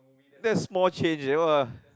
that's small change eh !wah!